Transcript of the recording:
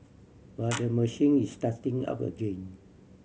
but the machine is starting up again